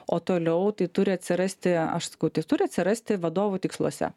o toliau tai turi atsirasti aš sakau tai turi atsirasti vadovų tiksluose